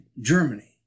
Germany